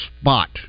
spot